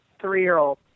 three-year-old